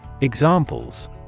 Examples